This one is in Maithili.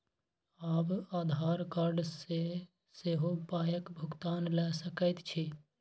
आब आधार कार्ड सँ सेहो पायक भुगतान ल सकैत छी